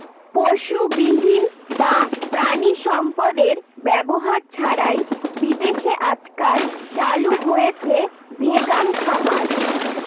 পশুবিহীন বা প্রানীসম্পদ এর ব্যবহার ছাড়াই বিদেশে আজকাল চালু হয়েছে ভেগান খামার